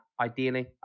ideally